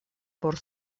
por